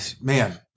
man